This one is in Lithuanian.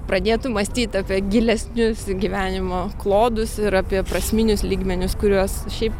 pradėtų mąstyt apie gilesnius gyvenimo klodus ir apie prasminius lygmenius kuriuos šiaip